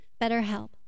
BetterHelp